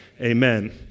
Amen